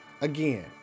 Again